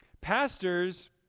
pastors